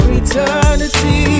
eternity